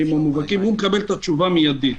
הוא מקבל את התשובה מידית.